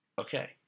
okay